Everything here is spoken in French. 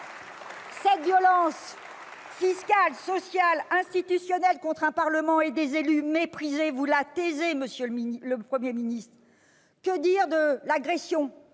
Cette violence fiscale, sociale, institutionnelle contre un Parlement et des élus méprisés, vous la taisez, monsieur le Premier ministre ! Que dire de l'agression